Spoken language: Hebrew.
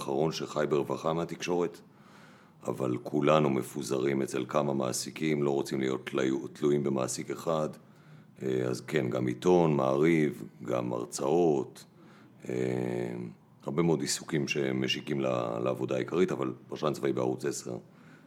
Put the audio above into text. אחרון שחי ברווחה מהתקשורת, אבל כולנו מפוזרים אצל כמה מעסיקים, לא רוצים להיות תלויים במעסיק אחד, אז כן, גם עיתון, מעריב, גם הרצאות, הרבה מאוד עיסוקים שמשיקים לעבודה העיקרית, אבל פרשן צבאי בערוץ 10